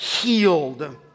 healed